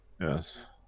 Yes